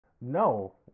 no